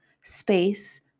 space